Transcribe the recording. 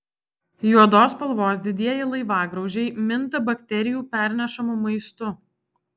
juodos spalvos didieji laivagraužiai minta bakterijų pernešamu maistu